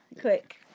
quick